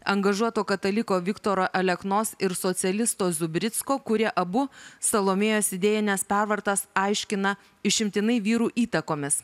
angažuoto kataliko viktoro aleknos ir socialisto zubricko kurie abu salomėjos idėjines pervartas aiškina išimtinai vyrų įtakomis